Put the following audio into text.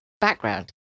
background